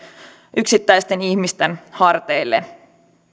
yksittäisten ihmisten harteille